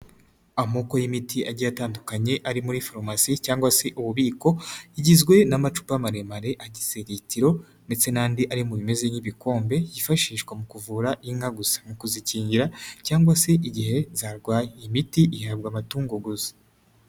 Amoko y'imiti agiye atandukanye ari muri farumasi cyangwa se ububiko, igizwe n'amacupa maremare agize litiro ndetse n'andi ari mu bimeze y'ibikombe yifashishwa mu kuvura inka gusa, mu kuzikingira cyangwa se igihe zarwaye, iyi miti ihabwa amatungo gusa.